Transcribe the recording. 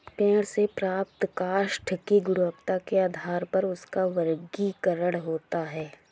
पेड़ से प्राप्त काष्ठ की गुणवत्ता के आधार पर उसका वर्गीकरण होता है